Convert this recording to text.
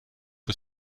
que